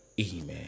Amen